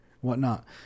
whatnot